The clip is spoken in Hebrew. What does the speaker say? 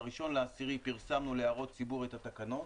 ב-1.10 פירסמנו להערות ציבור את התקנות,